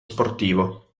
sportivo